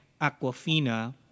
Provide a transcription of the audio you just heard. aquafina